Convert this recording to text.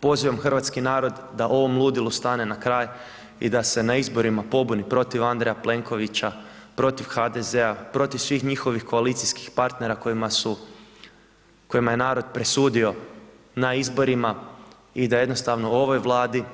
Pozivam hrvatski narod da ovom ludilu stane na kraj i da se na izborima pobuni protiv Andreja Plenkovića, protiv HDZ-a, protiv svih njihovih koalicijskih partnera kojima je narod presudio na izborima i da jednostavno ovoj Vladi,